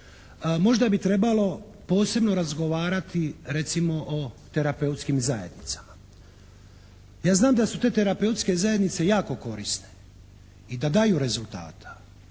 Možda bi trebalo posebno razgovarati recimo o terapeutskim zajednicama. Ja znam da su te terapeutske zajednice jako korisne i da daju rezultata,